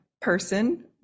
person